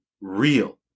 real